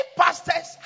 pastors